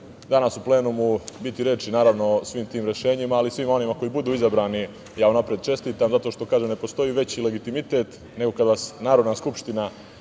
danas u plenumu biti reči, naravno, o svim tim rešenjima, ali svima onima koji budu izabrani ja unapred čestitam, zato što, kažem, ne postoji veći legitimitet nego kada vas Narodna skupština,